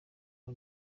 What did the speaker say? uwo